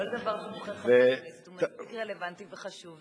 כל דבר שבוחר חבר כנסת הוא מספיק רלוונטי וחשוב,